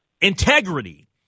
integrity